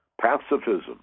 pacifism